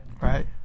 Right